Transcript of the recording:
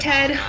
Ted